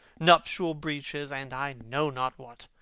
nuptial breaches, and i know not what.